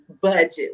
budget